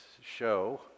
show